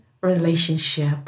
relationship